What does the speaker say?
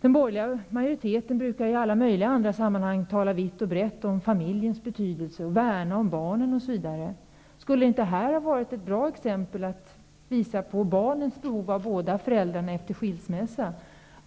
Den borgerliga majoriteten brukar ju i alla möjliga andra sammanhang tala vitt och brett om familjens betydelse och värna om barnen, osv. Skulle det inte ha varit ett bra exempel att visa på barnens behov av båda föräldrarna efter skilsmässa